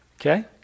okay